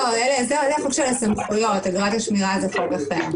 לא, זה החוק של הסמכויות, אגרת השמירה זה חוק אחר.